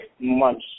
months